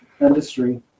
industry